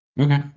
Okay